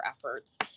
efforts